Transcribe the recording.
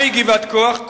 מהי גבעת-כ"ח?